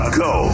go